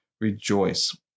rejoice